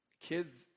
kids